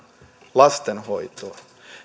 lasten hoitoon